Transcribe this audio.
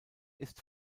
ist